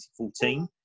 2014